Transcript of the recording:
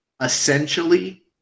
essentially